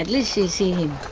and least she saw